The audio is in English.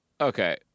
Okay